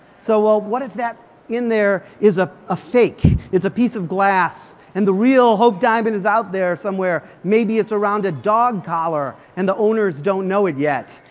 so well, what if that in there is ah a fake? it's a piece of glass? and the real hope diamond is out there somewhere, maybe it's around a dog collar. and the owners don't know it yet.